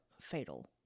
fatal